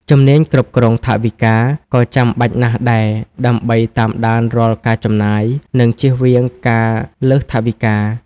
ជំនាញគ្រប់គ្រងថវិកា ក៏ចាំបាច់ណាស់ដែរ ដើម្បីតាមដានរាល់ការចំណាយ និងជៀសវាងការលើសថវិកា។